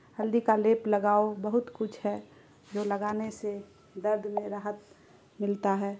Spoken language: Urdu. ہلدی کا لیپ لگاؤ بہت کچھ ہے جو لگانے سے درد میں راحت ملتا ہے